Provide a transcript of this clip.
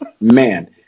Man